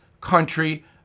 country